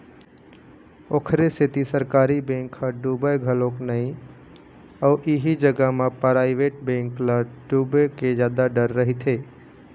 ओखरे सेती सरकारी बेंक ह डुबय घलोक नइ अउ इही जगा म पराइवेट बेंक ल डुबे के जादा डर रहिथे